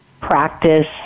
practice